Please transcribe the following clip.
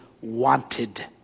wanted